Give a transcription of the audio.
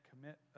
commit